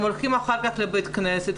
הם הולכים אחר כך לבית כנסת,